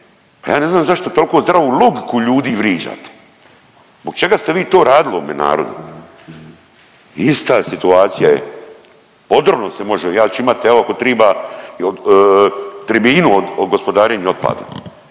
pa ja ne znam zašto tolko zdravu logiku ljudi vriđate. Zbog čega ste vi to radili ovome narodu? Ista situacija je …/Govornik se ne razumije./… ja ću imat evo ako triba tribinu o gospodarenju otpadom.